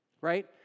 right